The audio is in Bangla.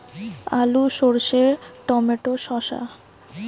আলু সর্ষে টমেটো শসা